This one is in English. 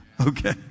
Okay